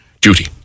duty